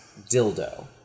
dildo